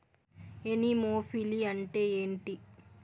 Anemophily అంటే ఏంటి?